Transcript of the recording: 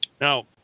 Now